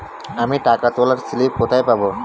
আমি টাকা তোলার স্লিপ কোথায় পাবো?